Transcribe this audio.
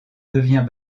devient